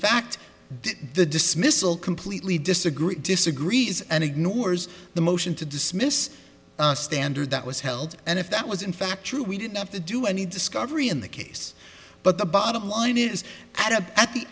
fact the dismissal completely disagreed disagrees and ignores the motion to dismiss a standard that was held and if that was in fact true we didn't have to do any discovery in the case but the bottom line is at the a